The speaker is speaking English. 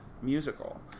Musical